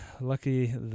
Lucky